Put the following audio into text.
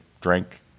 drank